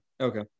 okay